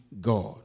God